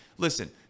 Listen